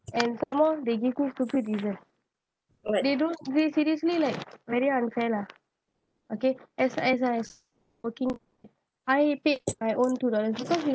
and some more they give me stupid reason they don't th~ seriously like very unfair lah okay as as I working I paid my own two dollar because you know